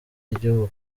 y’igihugu